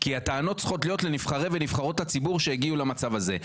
כי הטענות צריכות להיות לנבחרי ונבחרות הציבור שהגיעו למצב הזה.